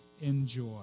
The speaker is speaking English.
enjoy